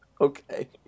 Okay